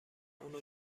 اونو